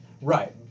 right